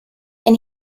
and